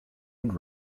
and